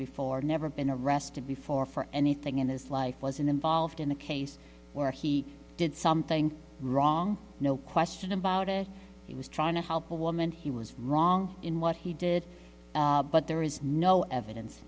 before never been arrested before for anything in his life was involved in a case where he did something wrong no question about it he was trying to help a woman he was wrong in what he did but there is no evidence